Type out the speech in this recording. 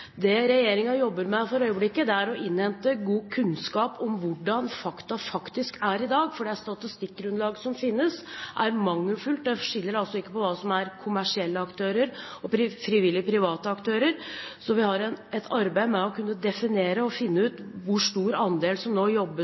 Det regjeringen jobber med for øyeblikket, er å innhente god kunnskap om hvordan situasjonen faktisk er i dag, for det statistikkgrunnlaget som finnes, er mangelfullt. Det skiller ikke mellom kommersielle aktører og frivillige private aktører, så vi har et arbeid med å definere og finne ut hvor stor andel